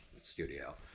studio